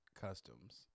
Customs